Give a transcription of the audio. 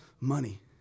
money